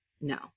No